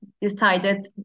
decided